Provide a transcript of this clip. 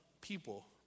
people